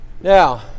Now